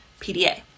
PDA